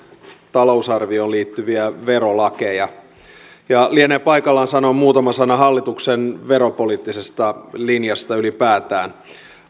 talousarvioon liittyviä verolakeja ja lienee paikallaan sanoa muutama sana hallituksen veropoliittisesta linjasta ylipäätään